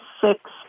six